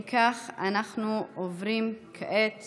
אנחנו עוברים כעת